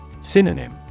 Synonym